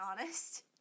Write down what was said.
honest